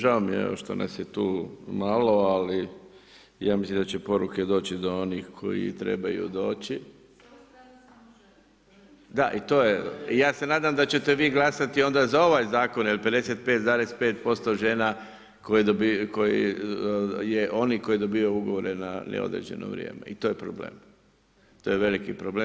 Žao mi je što nas je tu malo, ali ja mislim da će poruke doći do onih do kojih trebaju doći. … [[Upadica se ne čuje.]] Da i to je, ja se nadam da ćete vi glasati onda za ovaj zakon jer 55,5% žena je onih koji dobivaju ugovore na određeno vrijeme, to je problem, to je veliki problem.